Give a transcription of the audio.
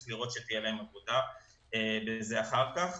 צריך לראות שתהיה להם עבודה בזה אחר כך.